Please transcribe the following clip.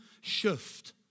shift